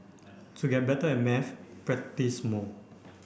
to get better at maths practise more